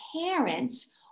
parents